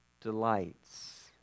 delights